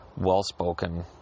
well-spoken